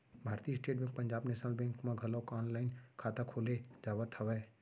भारतीय state bank Punjab national bank म घलोक ऑनलाईन खाता खोले जावत हवय